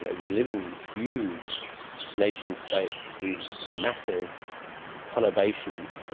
and we live in these huge nation states, these massive conurbations,